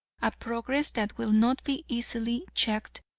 a progress that will not be easily checked,